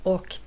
Och